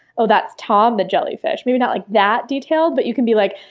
ah that's tom the jellyfish. maybe not like that detailed, but you can be like,